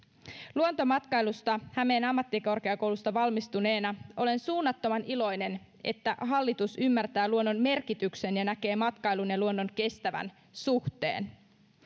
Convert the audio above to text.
luontomatkailusta hämeen ammattikorkeakoulusta valmistuneena olen suunnattoman iloinen että hallitus ymmärtää luonnon merkityksen ja näkee matkailun ja luonnon kestävän suhteen